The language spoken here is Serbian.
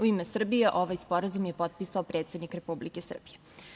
U ime Srbije ovaj sporazum je potpisao predsednik Republike Srbije.